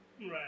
Right